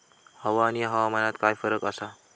हवा आणि हवामानात काय फरक असा?